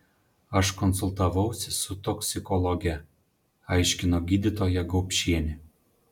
aš konsultavausi su toksikologe aiškino gydytoja gaupšienė